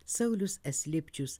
saulius es lipčius